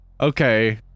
okay